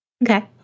Okay